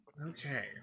Okay